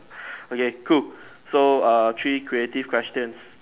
okay cool so err three creative questions